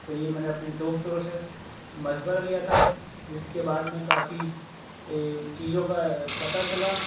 تو یہ میں نے اپنے دوستوں سے مشورہ لیا تھا اس کے بعد میں کافی چیزوں کا پتا چلا